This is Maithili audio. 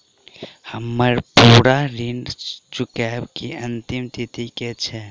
हम्मर पूरा ऋण चुकाबै केँ अंतिम तिथि की छै?